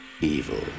evil